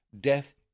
death